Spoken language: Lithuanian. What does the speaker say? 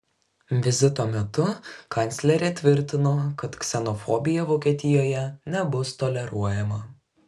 vizito metu kanclerė tvirtino kad ksenofobija vokietijoje nebus toleruojama